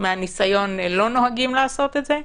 מהניסיון לא נוהגים לעשות את זה,